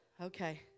Okay